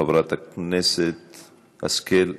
חברת הכנסת השכל,